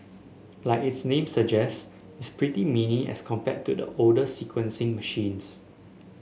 like its name suggest it's pretty mini as compared to the older sequencing machines